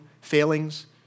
failings